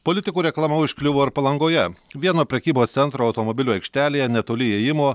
politikų reklama užkliuvo ir palangoje vieno prekybos centro automobilių aikštelėje netoli įėjimo